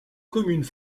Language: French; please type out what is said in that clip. communes